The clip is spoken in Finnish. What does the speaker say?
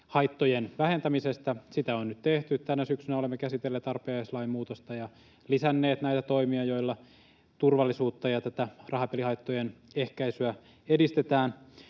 rahapelihaittojen vähentämisestä. Sitä on nyt tehty. Tänä syksynä olemme käsitelleet arpajaislain muutosta ja lisänneet näitä toimia, joilla turvallisuutta ja tätä rahapelihaittojen ehkäisyä edistetään.